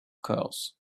curls